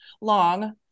long